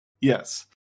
Yes